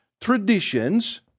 traditions